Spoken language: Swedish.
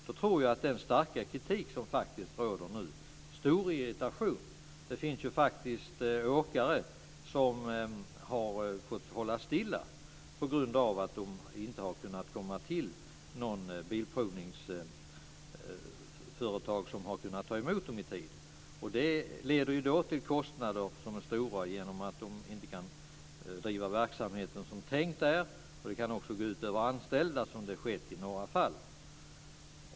Det finns en stark kritik, och det råder stor irritation bland åkare som har fått stå stilla på grund av att inte någon bilprovningsstation har kunnat ta emot dem i tid. Det leder till stora kostnader, genom att de inte kan driva verksamheten som det var tänkt. Det kan också gå ut över anställda, som skett i några fall.